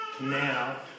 Now